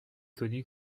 connu